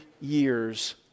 years